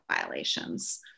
violations